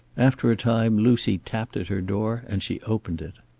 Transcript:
after a time lucy tapped at her door and she opened it.